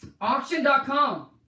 Auction.com